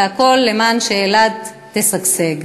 והכול כדי שאילת תשגשג.